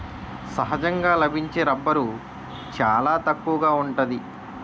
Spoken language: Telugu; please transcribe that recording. సహజంగా లభించే రబ్బరు చాలా తక్కువగా ఉంటాది